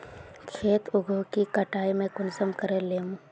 खेत उगोहो के कटाई में कुंसम करे लेमु?